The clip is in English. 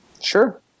Sure